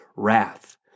wrath